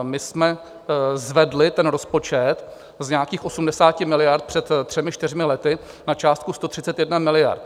My jsme zvedli rozpočet z nějakých 80 miliard před třemi, čtyřmi lety na částku 131 miliard.